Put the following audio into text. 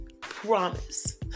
Promise